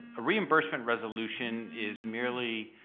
a reimbursement resolution is merely